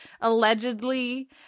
allegedly